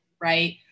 right